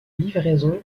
livraison